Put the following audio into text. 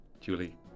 Julie